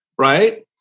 right